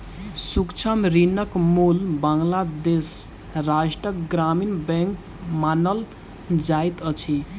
सूक्ष्म ऋणक मूल बांग्लादेश राष्ट्रक ग्रामीण बैंक मानल जाइत अछि